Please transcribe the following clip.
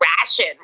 ration